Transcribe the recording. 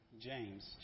James